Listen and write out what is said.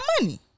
money